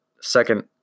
second